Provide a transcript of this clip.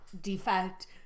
defect